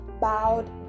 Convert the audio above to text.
bowed